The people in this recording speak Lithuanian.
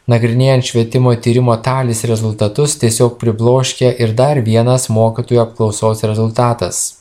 nagrinėjant švietimo tyrimo talis rezultatus tiesiog pribloškia ir dar vienas mokytojų apklausos rezultatas